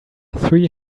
three